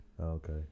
Okay